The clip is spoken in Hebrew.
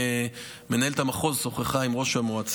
רוצה להגיד לך עוד שני דברים: מנהלת המחוז שוחחה עם ראש המועצה,